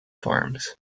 farms